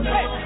Hey